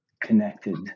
connected